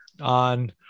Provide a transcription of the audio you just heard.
on